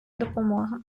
допомога